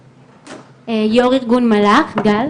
גל.